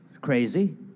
Crazy